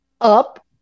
up